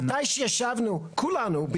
מתי שישבנו כולנו,